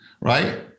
right